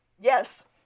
Yes